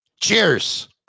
Cheers